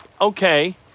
Okay